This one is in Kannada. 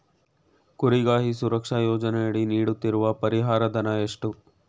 ಕುರಿಗಾಹಿ ಸುರಕ್ಷಾ ಯೋಜನೆಯಡಿ ನೀಡುತ್ತಿರುವ ಪರಿಹಾರ ಧನ ಎಷ್ಟು?